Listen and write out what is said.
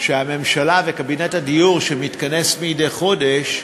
שהממשלה וקבינט הדיור, שמתכנס מדי חודש,